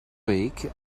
week